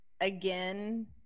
again